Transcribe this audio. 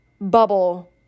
bubble